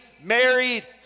married